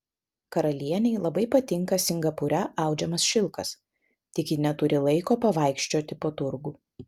karalienei labai patinka singapūre audžiamas šilkas tik ji neturi laiko pavaikščioti po turgų